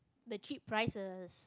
the cheap prices